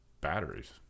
batteries